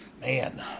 Man